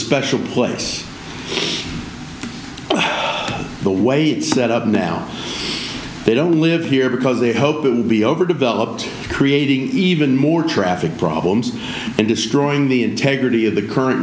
special place the way it's set up now they don't live here because they hope it will be overdeveloped creating even more traffic problems and destroying the integrity of the current